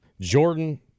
Jordan